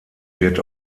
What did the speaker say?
wird